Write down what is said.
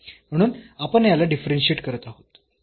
म्हणून आपण याला डिफरन्शियेट करत आहोत